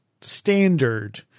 standard